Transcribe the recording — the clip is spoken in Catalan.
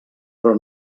però